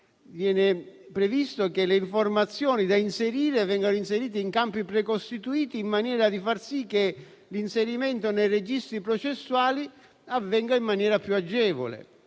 viene previsto che le informazioni siano inserite in campi precostituiti, in maniera tale che l'inserimento nei registri processuali avvenga in maniera più agevole.